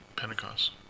Pentecost